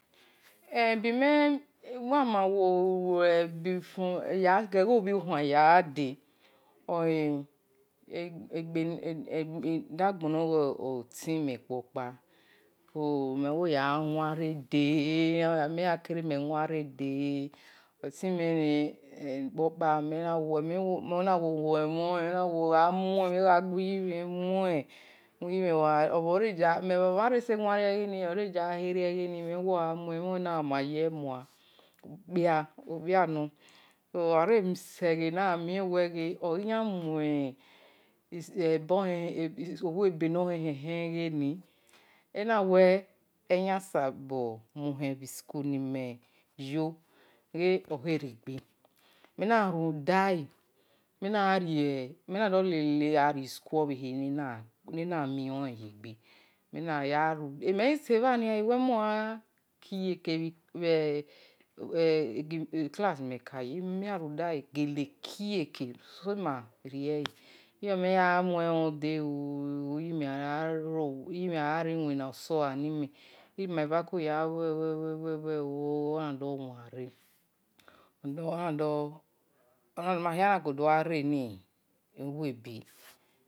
Eh ebi mama iwo lue yakho-obhokban yo de eda-gbon-ne timeni akpo kpa mena wo huemhonlen, me na guiyimhen gha muen me mhan se wanre egenni mena wo huemhonlen okpia, okpina no ogi-yan muo-webe ohen-hen egeni ena we eyan sabo muhe bhi-i school ni me yo gha okhere gbe mena rudale, le-le meghise bha nia ena we mon yan rumhudale kiyeke bhi e class nimen kaye sema riele, irimhen gha lue de ooo, ona doh wanre iyi-mhen gha ri-iwina osowa ni men, iri-maverva-doh lue lue ooo ona doh wan re mahia na ko do-gha re-ni owe-ebe.